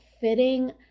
fitting